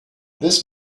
this